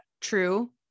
true